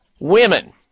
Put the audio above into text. Women